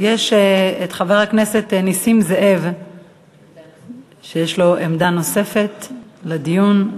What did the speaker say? לחבר הכנסת נסים זאב יש עמדה נוספת לדיון.